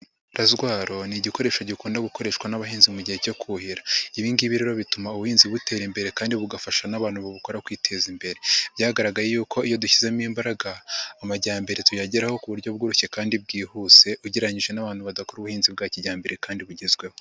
Lazwaro ni igikoresho gikunda gukoreshwa n'abahinzi mu gihe cyo kuhira, ibi ngibi rero bituma ubuhinzi butera imbere kandi bugafasha n'abantu babukora kwiteza imbere, byagaragaye yuko iyo dushyizemo imbaraga amajyambere tuyageraho ku buryo bworoshye kandi bwihuse, ugereranyije n'abantu badakora ubuhinzi bwa kijyambere kandi bugezweho.